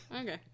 okay